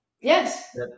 Yes